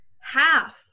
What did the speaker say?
half